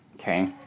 okay